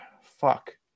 fuck